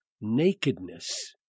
nakedness